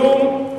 כלום,